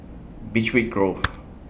Beechweed Grove